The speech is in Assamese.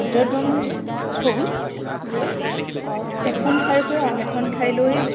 পৰ্যটন হ'ল যে এখন ঠাইৰপৰা আন এখন ঠাইলৈ